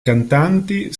cantanti